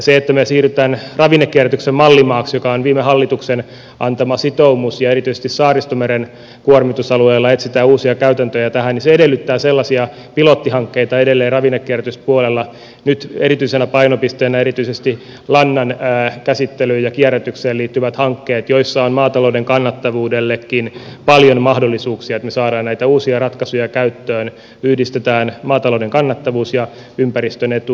se että me siirrymme ravinnekierrätyksen mallimaaksi mikä on viime hallituksen antama sitoumus ja erityisesti saaristomeren kuormitusalueella etsitään uusia käytäntöjä tähän edellyttää sellaisia pilottihankkeita edelleen ravinnekierrätyspuolella nyt erityisenä painopisteenä erityisesti lannan käsittelyyn ja kierrätykseen liittyvät hankkeet joissa on maatalouden kannattavuudellekin paljon mahdollisuuksia että saadaan näitä uusia ratkaisuja käyttöön yhdistetään maatalouden kannattavuus ja ympäristön etu